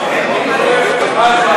קיבלת את ירושלים?